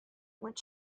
what